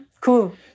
Cool